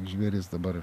žvėris dabar